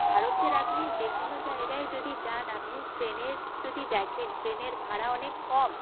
ভারতের আপনি যে কোনো জায়গায় যদি যান আপনি ট্রেনের যদি দেখেন ট্রেনের ভাড়া অনেক কম